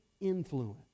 influence